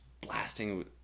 blasting